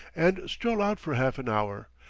and stroll out for half an hour.